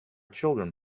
children